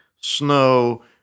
snow